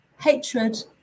hatred